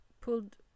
pulled